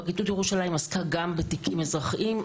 פרקליטות ירושלים עסקה גם בתיקים אזרחיים,